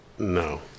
no